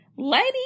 lady